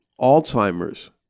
Alzheimer's